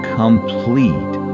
complete